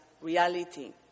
reality